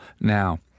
now